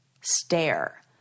stare